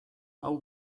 hau